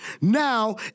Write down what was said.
now